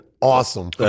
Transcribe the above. awesome